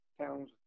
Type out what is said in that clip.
towns